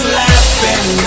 laughing